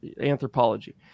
anthropology